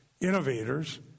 innovators